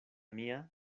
mia